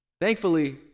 Thankfully